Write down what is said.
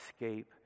escape